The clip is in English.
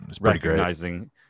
recognizing